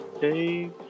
Hey